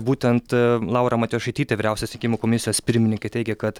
būtent laura matijošaitytė vyriausios rinkimų komisijos pirmininkė teigia kad